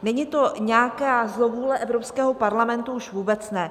Není to nějaká zlovůle, Evropského parlamentu už vůbec ne.